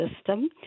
system